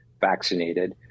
vaccinated